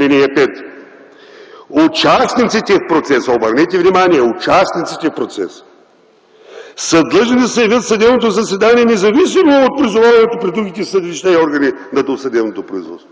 5? „(5) Участниците в процеса – обърнете внимание, участниците в процеса са длъжни да се явят в съдебното заседание, независимо от призоваването пред другите съдилища и органи на досъдебното производство.”